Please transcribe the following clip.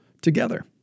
together